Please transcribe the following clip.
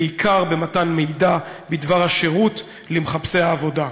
בעיקר במתן מידע בדבר השירות למחפשי העבודה.